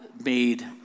made